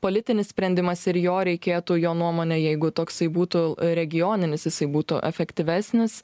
politinis sprendimas ir jo reikėtų jo nuomone jeigu toksai būtų regioninis jisai būtų efektyvesnis